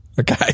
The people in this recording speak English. Okay